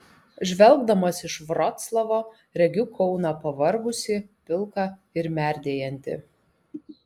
žvelgdamas iš vroclavo regiu kauną pavargusį pilką ir merdėjantį